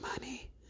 money